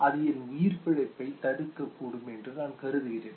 அது என் உயிர் பிழைப்பை தடுக்கக் கூடும் என்று நான் கருதுகிறேன்